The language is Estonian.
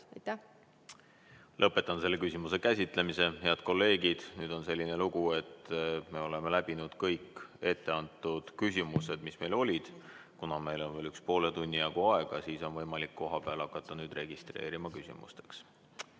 Lõpetan selle küsimuse käsitlemise. Head kolleegid! Nüüd on selline lugu, et me oleme läbinud kõik etteantud küsimused, mis meil olid. Kuna meil on veel poole tunni jagu aega, siis on võimalik kohapeal hakata registreerima küsimusteks.